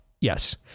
Yes